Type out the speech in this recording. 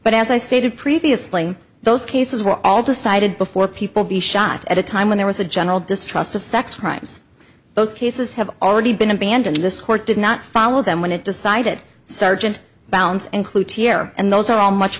but as i stated previously those cases were all decided before people be shot at a time when there was a general distrust of sex crimes those cases have already been abandoned this court did not follow them when it decided sargent bounds and clue two year and those are all much